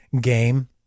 game